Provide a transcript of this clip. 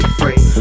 free